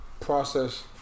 Process